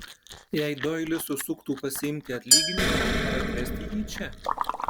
jei doilis užsuktų pasiimti atlyginimo ar atvesti jį čia